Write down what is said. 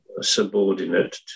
subordinate